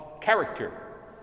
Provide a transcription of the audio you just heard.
character